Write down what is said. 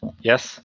yes